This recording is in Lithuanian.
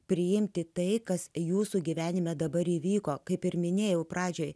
priimti tai kas jūsų gyvenime dabar įvyko kaip ir minėjau pradžioje